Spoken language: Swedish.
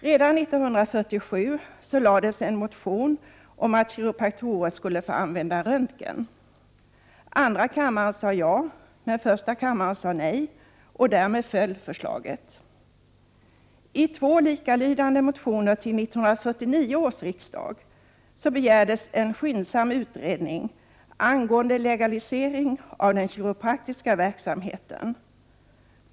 Redan 1947 väcktes en motion om att kiropraktorer skulle få använda röntgen. Andra kammaren sade ja, men första kammaren sade nej, och därmed föll förslaget. I två likalydande motioner till 1949 års riksdag begärdes en skyndsam utredning angående legalisering av den kiropraktiska verksamheten.